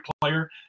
player